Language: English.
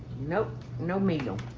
nope, no meal.